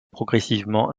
progressivement